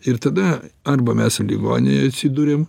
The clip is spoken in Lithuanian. ir tada arba mes ligoninėj atsiduriam